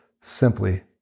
simply